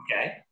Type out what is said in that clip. Okay